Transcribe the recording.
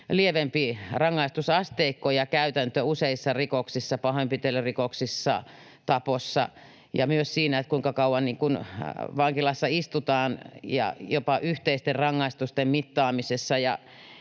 lievempi rangaistusasteikko ja ‑käytäntö useissa rikoksissa — pahoinpitelyrikoksissa, tapossa — ja myös siinä, kuinka kauan vankilassa istutaan, ja jopa yhteisten rangaistusten mittaamisessa.